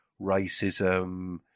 racism